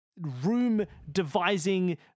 room-devising